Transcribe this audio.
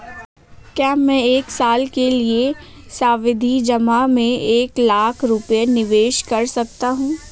क्या मैं एक साल के लिए सावधि जमा में एक लाख रुपये निवेश कर सकता हूँ?